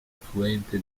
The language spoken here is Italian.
affluente